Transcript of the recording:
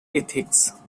ethics